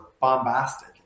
bombastic